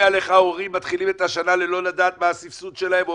על איך ההורים מתחילים את השנה בלא לדעת מה הסבסוד שלהם,